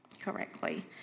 correctly